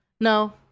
no